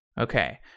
Okay